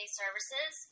services